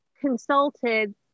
consulted